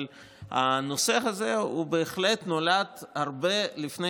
אבל הנושא הזה בהחלט נולד הרבה לפני